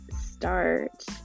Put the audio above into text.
start